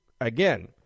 again